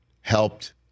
helped